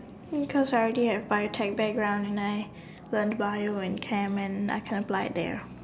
um cause I already have Biotech background and I learn Bio and Chem and I can apply there